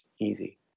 Easy